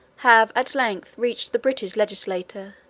have at length reached the british legislature,